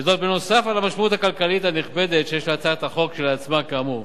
וזאת בנוסף על המשמעות הכלכלית הנכבדת שיש להצעת החוק כשלעצמה כאמור.